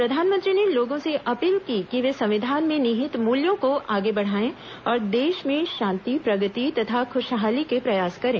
प्रधानमंत्री ने लोगों से अपील की कि वे संविधान में निहित मूल्यों को आगे बढ़ायें और देश में शांति प्रगति तथा खुशहाली के प्रयास करें